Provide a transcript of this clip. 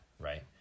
right